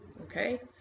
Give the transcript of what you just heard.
okay